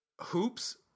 Hoops